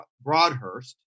Broadhurst